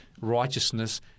righteousness